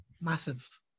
Massive